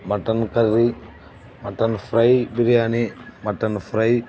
mutton curry mutton fry biryani mutton fry